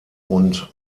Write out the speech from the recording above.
und